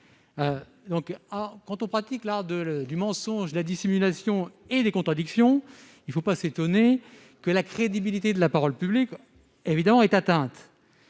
Quand on pratique l'art du mensonge, de la dissimulation et des contradictions, il ne faut pas s'étonner que la crédibilité de la parole publique soit atteinte.